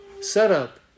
setup